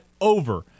over